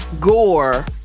Gore